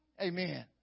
Amen